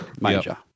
major